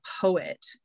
poet